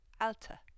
Alter